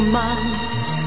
months